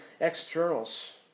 externals